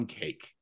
cake